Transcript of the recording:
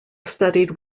studied